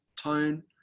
tone